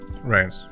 Right